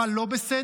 מה לא בסדר,